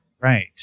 Right